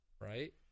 Right